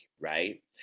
right